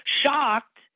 shocked